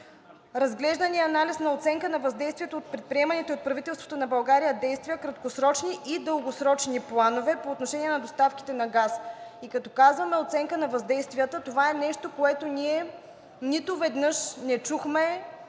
страна, разглеждания анализ на оценка на въздействието от предприеманите от правителството на България действия, краткосрочни и дългосрочни планове по отношение на доставките на газ. Като казваме оценка на въздействието – това е нещо, което ние нито веднъж не чухме,